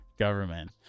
government